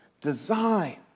design